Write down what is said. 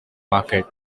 market